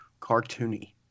cartoony